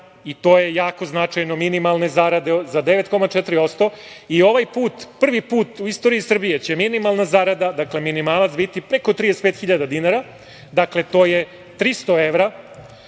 i to je jako značajno, minimalne zarade za 9,4%. Ovaj put, prvi put u istoriji Srbije će minimalna zarada, dakle minimalac biti preko 35 hiljada dinara. Dakle, to je 300 evra,